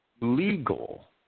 legal